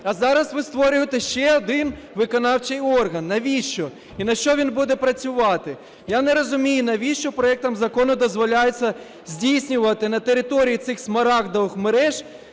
А зараз ви створюєте ще один виконавчий орган. Навіщо? І на що він буде працювати? Я не розумію, навіщо проектом закону дозволяється здійснювати на території цих Смарагдових мереж